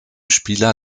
spieler